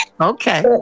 Okay